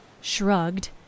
shrugged